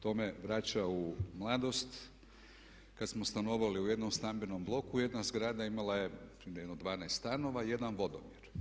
To me vraća u mladost kad smo stanovali u jednom stambenom bloku jedna zgrada imala je jedno 12 stanova i 1 vodomjer.